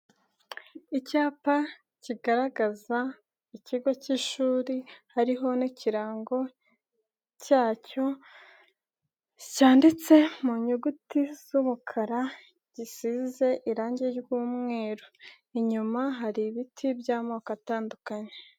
Icyapa kigaragaza ikigo cy'ishuri hariho n'ikirango cyacyo, cyanditse mu nyuguti z'umukara gisize irangi ry'umweru. inyuma hari ibiti by'amoko atandukanye.